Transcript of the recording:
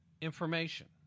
information